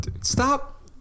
Stop